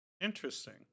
Interesting